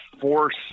force